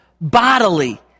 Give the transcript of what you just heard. bodily